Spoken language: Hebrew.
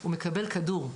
הוא מקבל כדור.